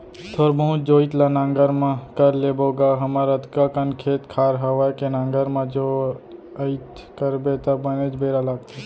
थोर बहुत जोइत ल नांगर म कर लेबो गा हमर अतका कन खेत खार हवय के नांगर म जोइत करबे त बनेच बेरा लागथे